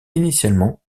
initialement